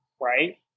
right